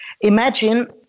Imagine